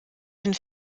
une